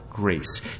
grace